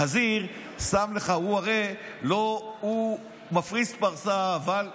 החזיר, הוא הרי מפריס פרסה, אבל,